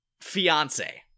fiance